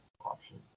option